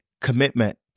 commitment